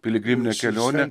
piligriminę kelionę